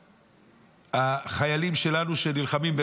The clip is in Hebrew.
החיילים שלנו שנלחמים,